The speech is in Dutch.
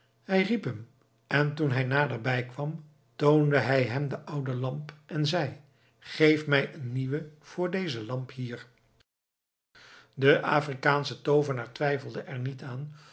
hij riep hem en toen hij naderbij kwam toonde hij hem de oude lamp en zei geef mij eene nieuwe voor deze lamp hier de afrikaansche toovenaar twijfelde er niet aan